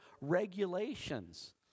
regulations